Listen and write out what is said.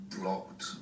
blocked